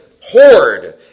horde